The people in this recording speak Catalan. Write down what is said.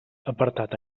apartat